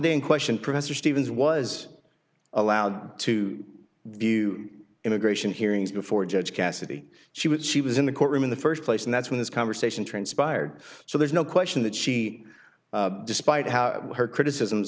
day in question professor stephens was allowed to view immigration hearings before judge cassidy she would she was in the courtroom in the first place and that's when this conversation transpired so there's no question that she despite how her criticisms